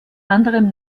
anderem